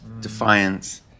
defiance